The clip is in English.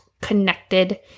connected